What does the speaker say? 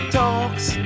talks